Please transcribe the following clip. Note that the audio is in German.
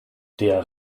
der